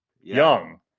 young